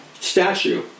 statue